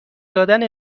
دادن